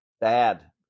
Bad